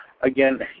again